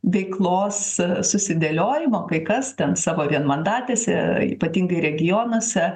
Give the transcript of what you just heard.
veiklos susidėliojimo kai kas ten savo vienmandatėse ypatingai regionuose